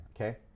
okay